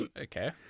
Okay